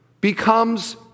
becomes